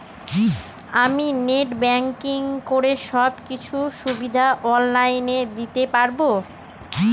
আমি net banking করে সব কিছু সুবিধা অন লাইন দিতে পারবো?